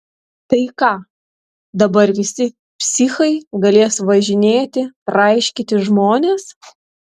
tai ką dabar visi psichai galės važinėti traiškyti žmones